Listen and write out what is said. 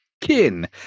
kin